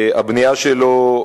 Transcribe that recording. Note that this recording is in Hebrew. הבנייה שלו,